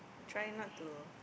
try not to